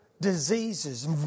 diseases